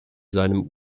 seinem